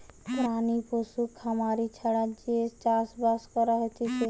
প্রাণী পশু খামারি ছাড়া যে চাষ বাস করা হতিছে